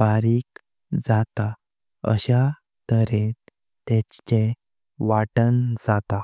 बारीक जाता आशे तारेन तेंचे वातां जाता।